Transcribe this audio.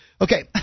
Okay